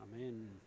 Amen